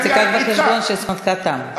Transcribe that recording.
רק תיקח בחשבון שזמנך תם.